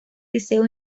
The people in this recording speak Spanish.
liceo